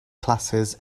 classes